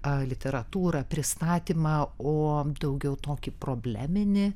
a literatūrą pristatymą e daugiau tokį probleminį